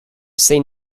see